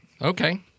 okay